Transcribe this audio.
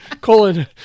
Colon